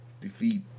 defeat